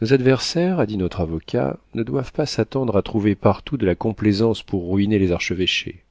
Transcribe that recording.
nos adversaires a dit notre avocat ne doivent pas s'attendre à trouver partout de la complaisance pour ruiner les archevêchés